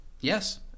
Yes